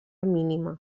mínima